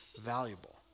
valuable